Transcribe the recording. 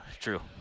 true